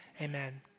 amen